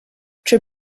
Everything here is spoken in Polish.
czy